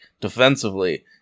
defensively